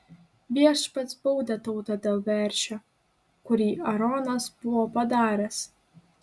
viešpats baudė tautą dėl veršio kurį aaronas buvo padaręs